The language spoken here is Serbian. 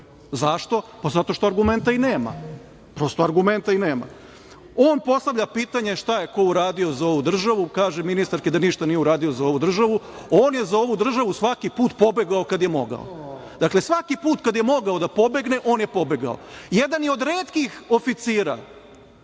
Zašto? Zato što argumenta ni nema. Prosto, argumenta ni nema. On postavlja pitanje šta je ko uradio za ovu državu? Kaže ministarki da ništa nije uradila za ovu državu. On je za ovu državu svaki put pobegao kad je mogao. Dakle, svaki put kada je mogao da pobegne, on je pobegao. Jedan je od retkih oficira